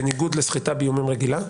בניגוד לסחיטה באיומים רגילה,